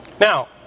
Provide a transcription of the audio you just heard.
Now